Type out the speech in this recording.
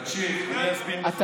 תקשיב, אני אסביר לך.